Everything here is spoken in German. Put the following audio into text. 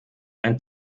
ein